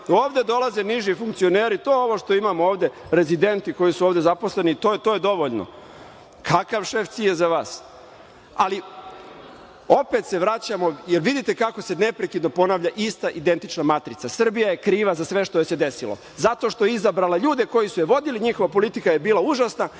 Ovde dolaze niži funkcioneri, to je ovo što imamo ovde, rezidenti koji su ovde zaposleni, to je dovoljno, kakav šef CIA za vas. Opet se vraćamo, jer vidite kako se neprekidno ponavlja ista, identična matrica - Srbija je kriva za sve što joj se desilo zato što je izabrala ljude koji su je vodili, njihova politika je bila užasna